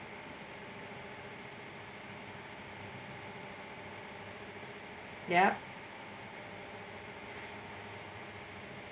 yup